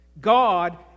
God